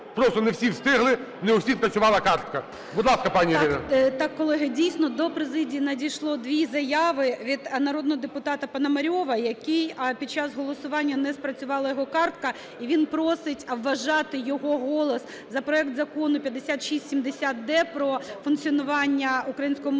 просто не всі встигли, не у всіх працювала картка. Будь ласка, пані Ірино. 12:03:51 ГЕРАЩЕНКО І.В. Так, колеги, дійсно, до президії надійшло дві заяви: від народного депутата Пономарьова, який під час голосування не спрацювала його картка, і він просить вважати його голос за проект Закону 5670-д, про функціонування української мови як